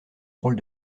drôle